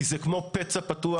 כי זה כמו פצע פתוח.